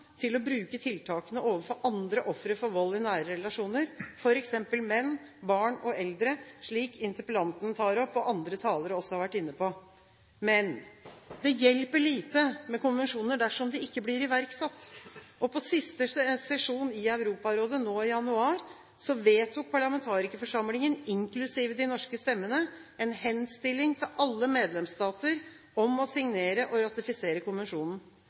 til å bruke tiltakene overfor andre ofre for vold i nære relasjoner, f.eks. menn, barn og eldre, slik interpellanten tar opp, og som andre talere også har vært inne på. Men det hjelper lite med konvensjoner dersom de ikke blir iverksatt. På siste sesjon i Europarådet, nå i januar, vedtok parlamentarikerforsamlingen – inklusive de norske stemmene – en henstilling til alle medlemsstater om å signere og ratifisere konvensjonen.